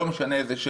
לא משנה איזה,